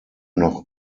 noch